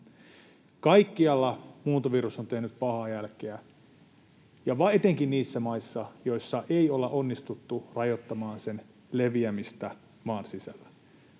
Kaikkialla muuntovirus on tehnyt pahaa jälkeä, ja etenkin niissä maissa, joissa ei olla onnistuttu rajoittamaan sen leviämistä maan sisällä.